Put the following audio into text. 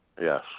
Yes